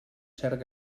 cert